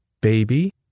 baby